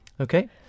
Okay